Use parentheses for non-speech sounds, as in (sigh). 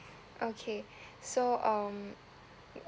okay (breath) so um